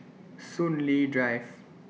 Soon Lee Drive